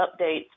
updates